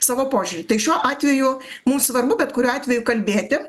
savo požiūrį tai šiuo atveju mums svarbu bet kuriuo atveju kalbėti